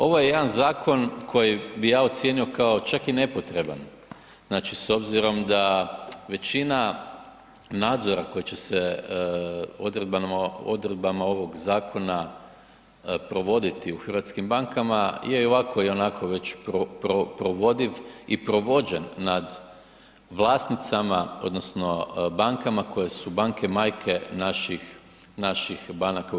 Ovo je jedan zakon koji bi ja ocijenio kao čak i nepotreban, znači s obzirom da većina nadzora koji će se odredbama ovog zakona provoditi u hrvatskim bankama je i ovako i onako već provodiv i provođen nad vlasnicama odnosno bankama koje su banke majke naših, naših banaka u RH.